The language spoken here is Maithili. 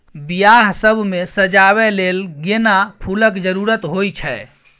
बियाह सब मे सजाबै लेल गेना फुलक जरुरत होइ छै